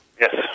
Yes